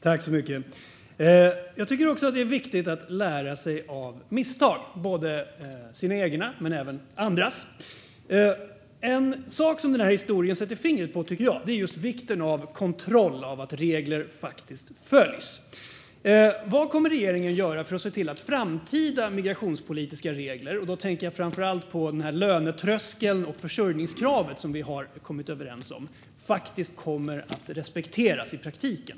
Herr talman! Jag tycker att det är viktigt att lära sig av misstag - både sina egna och andras. En sak som jag tycker att den här historien sätter fingret på är vikten av kontroll av att regler följs. Vad kommer regeringen att göra för att se till att framtida migrationspolitiska regler - jag tänker då framför allt på lönetröskeln och försörjningskravet som vi har kommit överens om - faktiskt kommer att respekteras i praktiken?